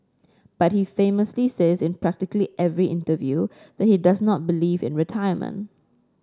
but he famously says in practically every interview that he does not believe in retirement